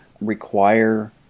require